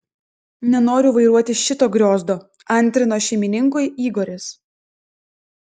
nenoriu vairuoti šito griozdo antrino šeimininkui igoris